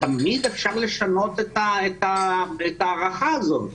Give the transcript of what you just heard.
תמיד אפשר לשנות את ההערכה הזאת.